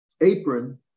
apron